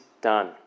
done